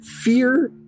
Fear